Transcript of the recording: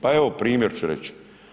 Pa evo primjer ću reći.